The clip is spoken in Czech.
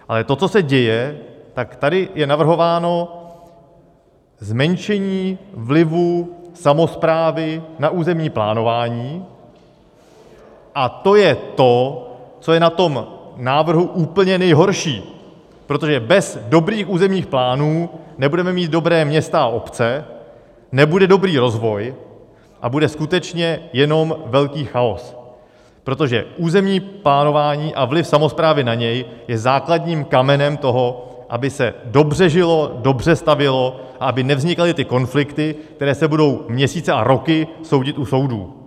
Ale to, co se děje, tak tady je navrhováno zmenšení vlivu samosprávy na územní plánování a to je to, co je na tom návrhu úplně nejhorší, protože bez dobrých územních plánů nebudeme mít dobrá města a obce, nebude dobrý rozvoj a bude skutečně jenom velký chaos, protože územní plánování a vliv samosprávy na něj je základním kamenem toho, aby se dobře žilo, dobře stavělo a aby nevznikaly ty konflikty, které se budou měsíce a roky soudit u soudů.